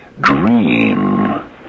dream